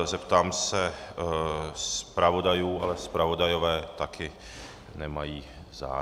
Zeptám se zpravodajů ale zpravodajové také nemají zájem.